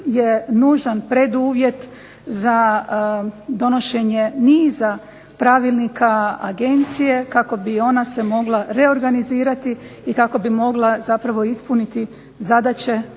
je nužan preduvjet za donošenje niza pravilnika agencije kako bi ona se mogla reorganizirati i kako bi mogla zapravo ispuniti zadaće